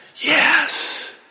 yes